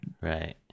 Right